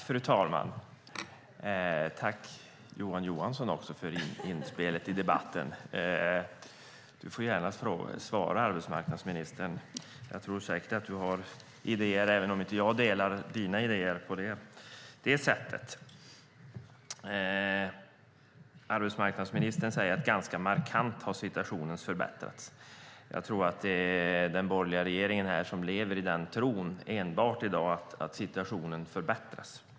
Fru talman! Tack, Johan Johansson, för inspelet i debatten! Du får gärna svara arbetsmarknadsministern - jag tror säkert att du har idéer även om jag inte delar dem. Arbetsmarknadsministern säger att situationen har förbättrats ganska markant. Jag tror att det är enbart den borgerliga regeringen som i dag lever i tron att situationen har förbättrats.